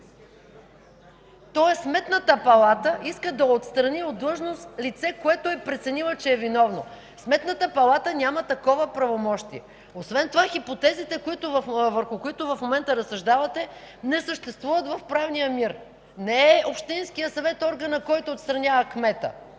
Тоест, Сметната палата иска да отстрани от длъжност лице, което е преценила, че е виновно. Сметната палата няма такова правомощие. Освен това хипотезите, върху които в момента разсъждавате, не съществуват в правния мир. Не е общинският съвет органът, който отстранява кмета,